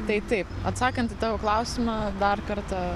tai taip atsakant į tavo klausimą dar kartą